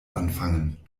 anfangen